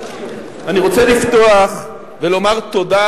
אני רוצה לפתוח ולומר תודה